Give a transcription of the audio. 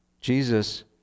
Jesus